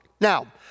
Now